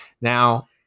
Now